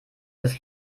das